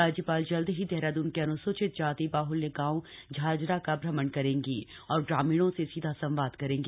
राज्यपाल जल्द ही देहरादून के अनुसूचित जाति बाहल्य गांव झाझरा का श्रमण करेंगी और ग्रामीणों से सीधा संवाद करेंगी